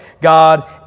God